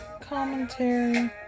commentary